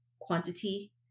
quantity